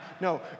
No